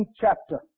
chapter